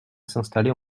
s’installer